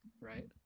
right